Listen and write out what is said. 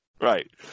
Right